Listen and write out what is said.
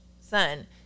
son